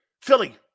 Philly